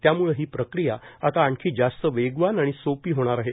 त्याम्ळे ही प्रक्रिया आता आणखी जास्त वेगवान आणि सोपी होणार आहे